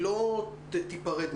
גם בדרום,